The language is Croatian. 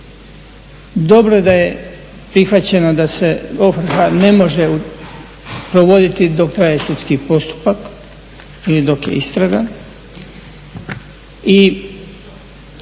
Dobro je da je prihvaćeno da se ovrha ne može provoditi dok traje sudski postupak ili dok je istraga